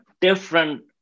different